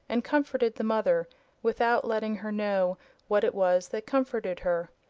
and comforted the mother without letting her know what it was that comforted her.